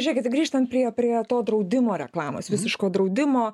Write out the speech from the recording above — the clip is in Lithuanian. žėkit grįžtant prie prie to draudimo reklamos visiško draudimo